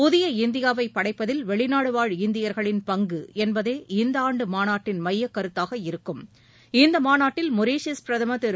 புதிய இந்தியாவை படைப்பதில் வெளிநாடு வாழ் இந்தியர்களின் பங்கு என்பதே இந்த ஆண்டு மாநாட்டின் மையக்கருத்தாக இருக்கும் இந்த மாநாட்டில் மொரீஷியஸ் பிரதமர் திரு